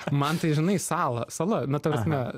man tai žinai salą sala na ta prasme